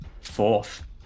Fourth